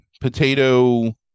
potato